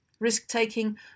Risk-taking